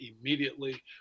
immediately